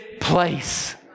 place